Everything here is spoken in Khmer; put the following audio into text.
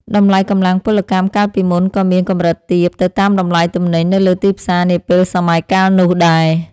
តម្លៃកម្លាំងពលកម្មកាលពីមុនក៏មានកម្រិតទាបទៅតាមតម្លៃទំនិញនៅលើទីផ្សារនាពេលសម័យកាលនោះដែរ។